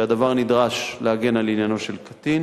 כשהדבר נדרש להגן על עניינו של קטין